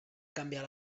canviar